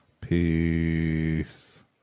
peace